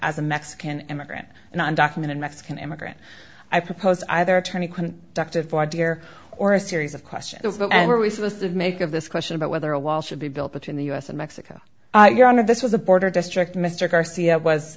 as a mexican immigrant and undocumented mexican immigrant i propose either attorney ducted for deer or a series of questions about where we supposed to make of this question about whether a wall should be built between the u s and mexico your honor this was a border district mr garcia was